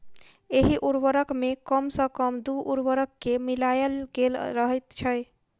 एहि उर्वरक मे कम सॅ कम दू उर्वरक के मिलायल गेल रहैत छै